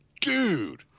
dude